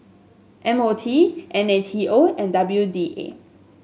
M O T N A T O and W D A